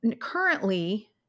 currently